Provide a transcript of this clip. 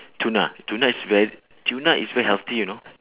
tuna tuna is ver~ tuna is very healthy you know